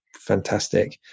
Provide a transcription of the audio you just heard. fantastic